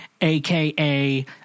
AKA